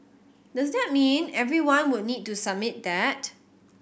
does that mean everyone would need to submit that